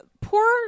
poor